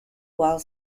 while